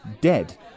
dead